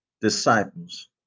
disciples